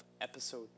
episode